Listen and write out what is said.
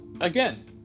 again